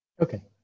Okay